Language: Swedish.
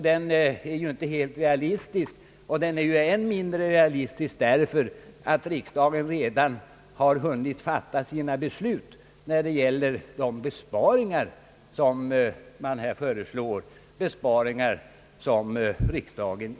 Den är inte realistisk, och än mindre realistisk blir den ju av att riksdagen redan har beslutat att icke acceptera de föreslagna besparingarna.